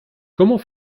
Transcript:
comment